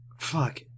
Fuck